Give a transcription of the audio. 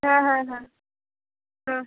হ্যাঁ হ্যাঁ হ্যাঁ হুম